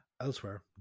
Elsewhere